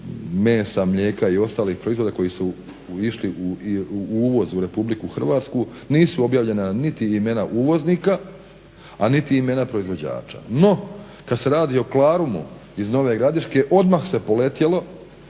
mesa, mlijeka i ostalih proizvoda koji su išli u uvoz u Republiku Hrvatsku, nisu objavljena niti imena uvoznika, a niti imena proizvođača. No kad se radi o Klarumu iz Nove Gradiške odmah se poletjelo